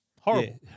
horrible